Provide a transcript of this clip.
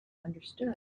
understood